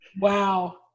Wow